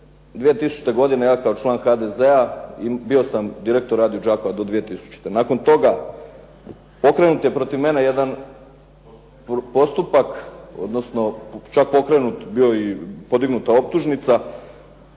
2000. godine ja kao član HDZ-a bio sam direktor "Radio Đakova" do 2000. Nakon toga pokrenut je protiv mene jedan postupak, odnosno čak pokrenut bio i podignuta optužnica.